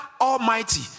Almighty